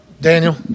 Daniel